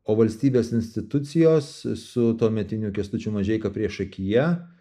o valstybės institucijos su tuometiniu kęstučiu mažeika priešakyje